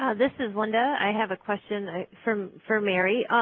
ah this is linda, i have a question for for mary.